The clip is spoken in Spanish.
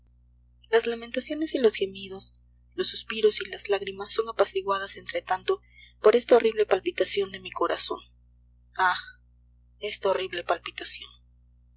las lamentaciones y los gemidos los suspiros y las lágrimas son apaciguadas entre tanto por esta horrible palpitación de mi corazón ah esta horrible palpitación